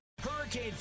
Hurricane